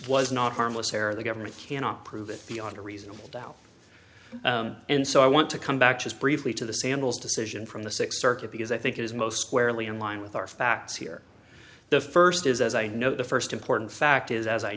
was not harmless error the government cannot prove it beyond a reasonable doubt and so i want to come back just briefly to the sandals decision from the sixth circuit because i think is most squarely in line with our facts here the first is as i know the first important fact is as i